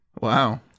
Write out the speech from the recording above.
Wow